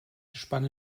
gespann